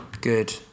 Good